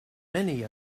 many